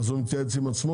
אז הוא מתייעץ עם עצמו?